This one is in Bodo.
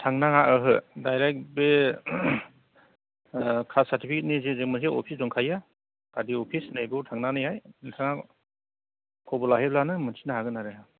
थांनाङा ओहो डाइरेक्ट बे कास्ट सार्टिफिकेट नि मोनसे अफिस दंखायो पार्टि अफिस बेयाव थांनानैहाय नोंथाङा खबर लाहैब्लानो मोन्थिनो हागोन आरो